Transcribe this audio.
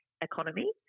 economy